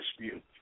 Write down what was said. dispute